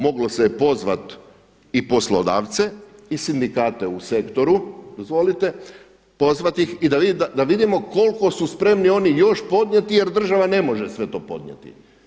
Moglo se je pozvati i poslodavce i sindikate u sektoru, dozvolite, pozvati ih i da vidimo koliko su spremni oni još podnijeti jer država ne može sve to podnijeti.